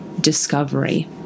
discovery